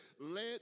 let